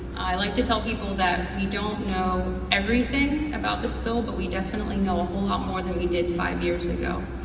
i like to tell people that we don't know everything about the spill, but we definitely know a lot more than we did five years ago.